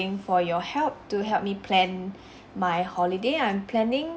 ~ng for your help to help me plan my holiday I'm planning